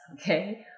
okay